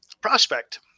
prospect